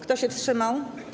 Kto się wstrzymał?